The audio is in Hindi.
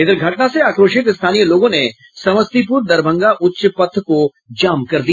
इधर घटना से आक्रोशित स्थानीय लोगों ने समस्तीपुर दरभंगा उच्च पथ को जाम कर दिया